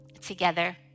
together